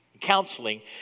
counseling